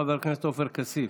חבר הכנסת עופר כסיף.